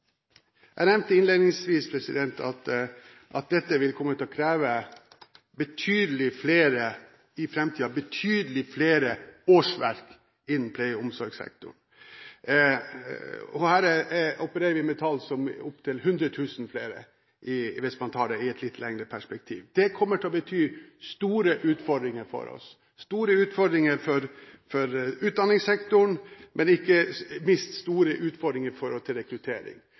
Jeg nevnte innledningsvis at dette i framtiden vil komme til å kreve betydelig flere årsverk innen pleie- og omsorgssektoren. Her opererer vi med tall på opptil 100 000 flere hvis man ser det i et litt lengre perspektiv. Det kommer til å bety store utfordringer for oss – store utfordringer for utdanningssektoren, men ikke minst store utfordringer når det gjelder rekruttering.